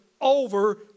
over